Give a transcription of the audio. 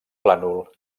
plànol